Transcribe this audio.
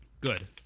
Good